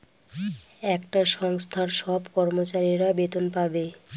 একটা সংস্থার সব কর্মচারীরা বেতন পাবে